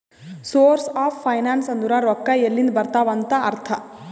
source of finance ಅಂದುರ್ ರೊಕ್ಕಾ ಎಲ್ಲಿಂದ್ ಬರ್ತಾವ್ ಅಂತ್ ಅರ್ಥ